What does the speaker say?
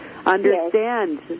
Understand